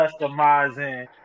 customizing